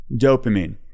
Dopamine